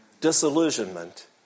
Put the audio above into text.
Disillusionment